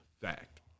Fact